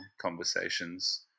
conversations